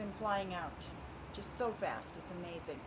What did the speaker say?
been flying out just so fast it's amazing